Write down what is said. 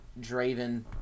Draven